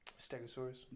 Stegosaurus